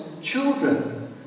children